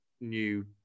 new